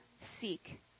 seek